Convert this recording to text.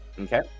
Okay